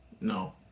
No